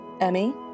Emmy